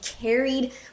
carried